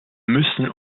müssen